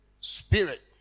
spirit